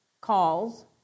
calls